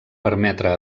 permetre